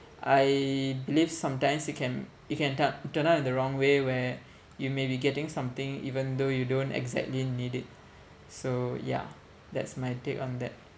I believe sometimes you can you can turn turn out in the wrong way where you may be getting something even though you don't exactly need it so ya that's my take on that